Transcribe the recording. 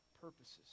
purposes